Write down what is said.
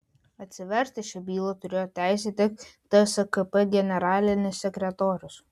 atsiversti šią bylą turėjo teisę tik tskp generalinis sekretorius